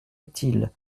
utile